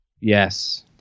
Yes